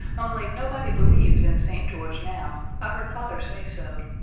only nobody believes in st. george now. i heard father say so.